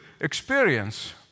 experience